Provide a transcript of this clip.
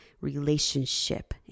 relationship